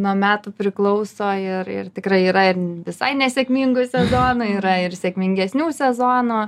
nuo metų priklauso ir ir tikrai yra ir visai nesėkmingų sezonų yra ir sėkmingesnių sezonų